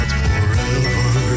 forever